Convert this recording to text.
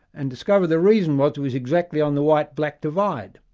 and discovered the reason was, it was exactly on the white-black divide.